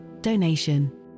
donation